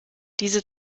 diese